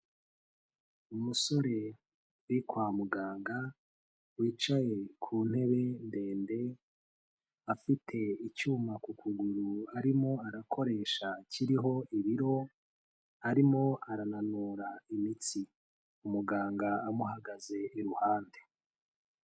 Umusore uri kwa muganga, wicaye ku ntebe ndende, afite icyuma ku kuguru arimo arakoresha kiriho ibiro, arimo arananura imitsi, umuganga amuhagaze iruhande.